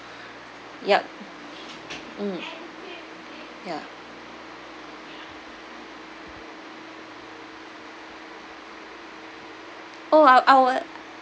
yup mm ya oh I'll I'll